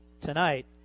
tonight